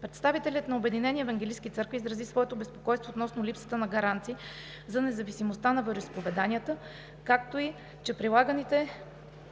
Представителят на Обединени евангелски църкви изрази своето безпокойство относно липсата на гаранции за независимостта на вероизповеданията, както и че